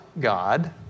God